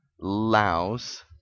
Laos